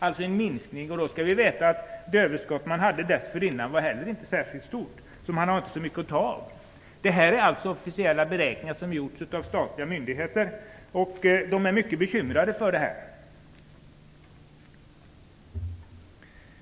Då skall vi veta att det överskott man hade dessförinnan inte heller var särskilt stort. Man har inte så mycket att ta av. Detta är alltså officiella beräkningar som gjorts av statliga myndigheter, och de är mycket bekymrade för det här.